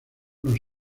nos